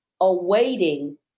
awaiting